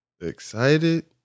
excited